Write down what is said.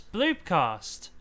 Bloopcast